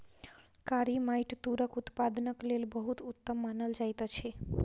कारी माइट तूरक उत्पादनक लेल बहुत उत्तम मानल जाइत अछि